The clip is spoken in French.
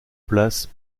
place